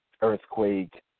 earthquake